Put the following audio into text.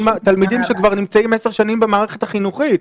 תלמידים שכבר נמצאים עשר שנים במערכת החינוך.